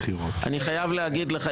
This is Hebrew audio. אני חייב להגיד לך,